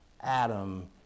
Adam